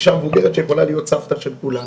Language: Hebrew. אישה מבוגרת, שיכולה להיות סבתא של כולנו.